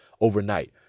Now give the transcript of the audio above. overnight